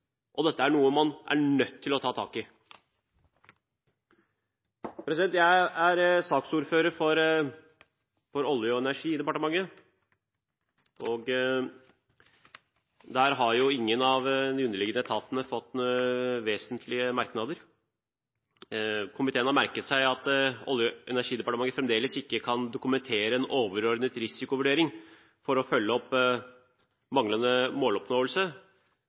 er noe man er nødt til å ta tak i. Jeg er saksordfører for det som angår Olje- og energidepartementet. Her har ingen av de underliggende etatene fått vesentlige merknader. Komiteen har merket seg at Olje- og energidepartementet fremdeles ikke kan dokumentere en overordnet risikovurdering for å følge opp risiko for manglende måloppnåelse,